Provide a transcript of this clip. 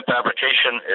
Fabrication